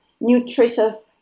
nutritious